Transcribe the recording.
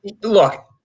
Look